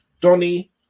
Donny